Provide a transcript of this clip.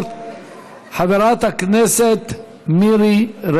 מטעם ועדת הכנסת: אחמד טיבי,